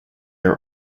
are